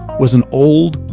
was an old,